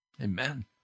Amen